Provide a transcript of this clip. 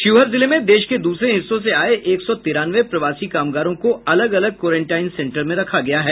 शिवहर जिले में देश के द्रसरे हिस्सों से आये एक सौ तिरानवे प्रवासी कामगारों को अलग अलग क्वारेनटाइन सेंटर में रखा गया है